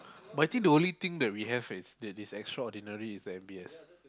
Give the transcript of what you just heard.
but I think the only thing that we have is that it's extraordinary is the M_B_S